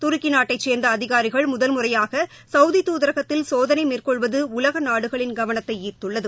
துருக்கி நாட்டைச் சேர்ந்த அதிகாரிகள் முதல் முறையாக சவுதி துதரகத்தில் சோதனை மேற்கொள்வது உலக நாடுகளின் கவனத்தை ஈர்த்துள்ளது